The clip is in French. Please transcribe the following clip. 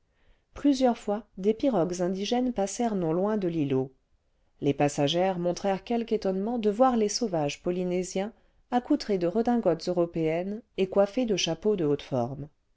plusieurs fois des pirogues indigènes passèrent non loin de l'îlot les passagères montrèrent quelque étonnement de voir les sauvages polynésiens accoutrés de redingotes européennes et coiffés de chapeaux de haute forme